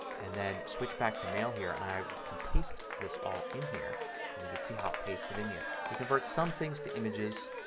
and then switch back to mail here. and i can paste this all in here and you can see how it paste it in here. it converts somethings to images.